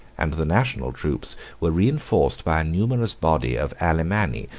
and the national troops were reenforced by a numerous body of alemanni,